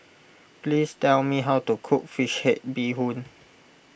please tell me how to cook Fish Head Bee Hoon